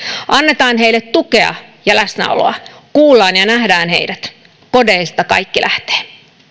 annetaan heille tukea ja läsnäoloa kuullaan ja nähdään heidät kodeista kaikki lähtee